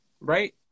Right